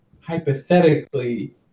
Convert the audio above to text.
hypothetically